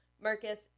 Marcus